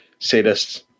Sadists